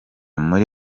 muri